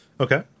Okay